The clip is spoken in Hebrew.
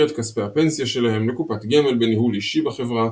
את כספי הפנסיה שלהם לקופת גמל בניהול אישי בחברה,